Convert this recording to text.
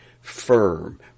firm